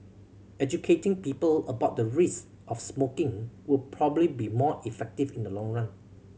educating people about the risks of smoking would probably be more effective in the long run